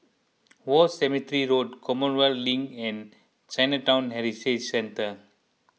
War Cemetery Road Commonwealth Link and Chinatown Heritage Centre